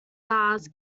bars